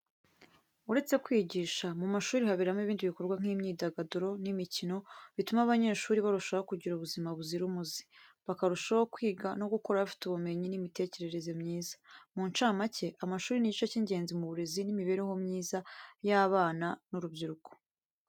Uretse kwigisha mu mashuri haberamo ibindi bikorwa nk'imyidagaduro n'imikino bituma abanyeshuri barushaho kugira ubuzima buzira umuze, bakarushaho kwiga no gukura bafite ubumenyi n'imitekerereze myiza. Mu ncamake, amashuri ni igice cy'ingenzi mu burezi n'imibereho myiza y'abana n'urubyiruko.